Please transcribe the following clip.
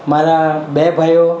મારા બે ભાઈઓ